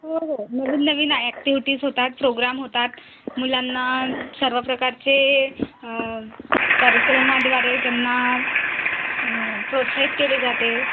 हो हो नवीन नवीन ॲक्टिव्हिटीज् होतात प्रोग्राम होतात मुलांना सर्व प्रकारचे कार्यक्रमाद्वारे तेंना प्रोत्साहित केले जाते